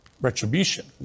retribution